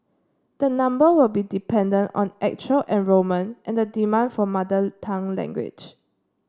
the number will be dependent on actual enrolment and the demand for mother tongue language